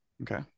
Okay